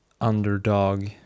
underdog